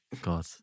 God